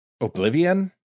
oblivion